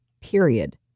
period